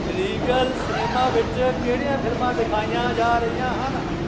regal cinema ਵਿੱਚ ਕਿਹੜੀਆਂ ਫਿਲਮਾਂ ਦਿਖਾਈਆਂ ਜਾ ਰਹੀਆਂ ਹਨ